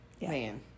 Man